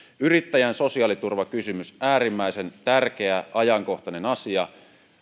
yrittäjän sosiaaliturvakysymys on äärimmäisen tärkeä ajankohtainen asia